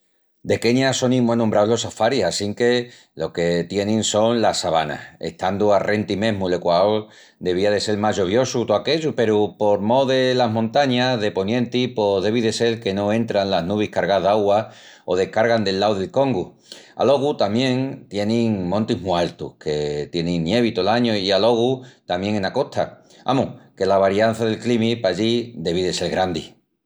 De Kenia sonin mu anombraus los safaris assinque lo que tienin son las sabanas. Estandu arrenti mesmu'l equaol devía de sel más lloviosu tó aquellu peru por mó delas montañas de ponienti pos devi de sel que no entran las nubis cargás d'augua o descargan del lau del Congu. Alogu tamién tienin montis mu altus que tienin nievi tol añu i alogu tamién ena costa. Amus, que la variança del climi pallí devi de sel grandi.